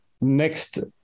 next